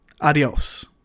adios